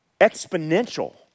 exponential